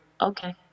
Okay